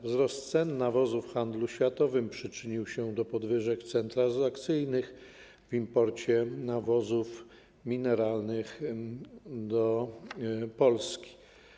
Wzrost cen nawozów w handlu światowym przyczynił się do podwyżek cen transakcyjnych w imporcie nawozów mineralnych do Polski.